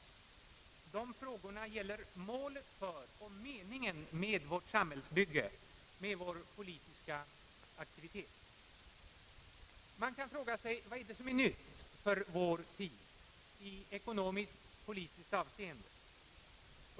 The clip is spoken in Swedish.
De frågorna gäller målet för och meningen med vårt samhällsbygge, med vår politiska aktivitet. Man kan fråga sig vad som är nytt för vår tid i ekonomisk-politiskt avseende.